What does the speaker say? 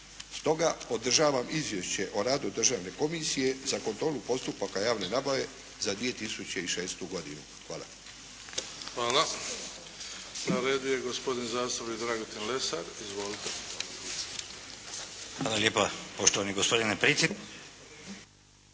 Stoga podržavam Izvješće o radu Državne komisije za kontrolu postupaka javne nabave za 2006. godinu. Hvala. **Bebić, Luka (HDZ)** Na redu je gospodin zastupnik Dragutin Lesar. Izvolite! **Lesar, Dragutin (HNS)**